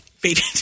Baby